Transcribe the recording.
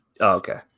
Okay